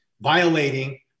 violating